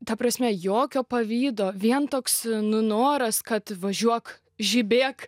ta prasme jokio pavydo vien toks nu noras kad važiuok žibėk